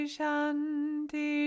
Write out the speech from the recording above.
Shanti